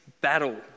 battle